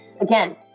Again